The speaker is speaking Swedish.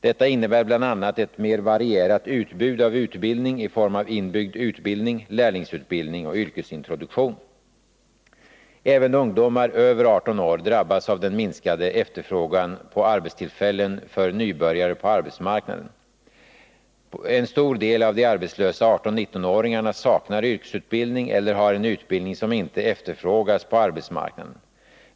Detta innebär bl.a. ett mer varierat utbud av utbildning i form av inbyggd utbildning, lärlingsutbildning och yrkesintroduktion. Även ungdomar över 18 år drabbas av den minskade efterfrågan på arbetstillfällen för nybörjare på arbetsmarknaden. En stor del av de arbetslösa 18-19-åringarna saknar yrkesutbildning eller har en utbildning som inte efterfrågas på arbetsmarknaden.